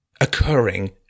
occurring